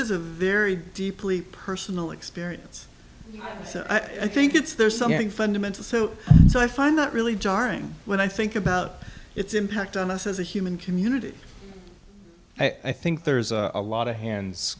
is a very deeply personal experience so i think it's there's something fundamental so so i find that really jarring when i think about its impact on us as a human community i think there's a lot of h